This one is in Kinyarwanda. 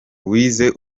wize